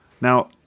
Now